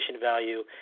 value